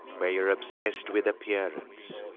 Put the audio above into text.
where you are obsessed with appearance,